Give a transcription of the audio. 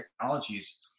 technologies